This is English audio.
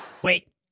Wait